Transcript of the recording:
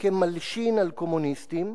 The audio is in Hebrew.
כמלשין על קומוניסטים,